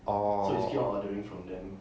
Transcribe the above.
oh